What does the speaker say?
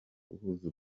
guhuza